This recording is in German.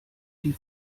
die